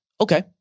Okay